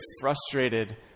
frustrated